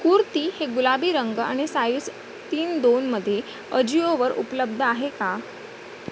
कुर्ती हे गुलाबी रंग आणि साईझ तीन दोनमध्ये अजिओवर उपलब्ध आहे का